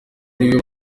ariwe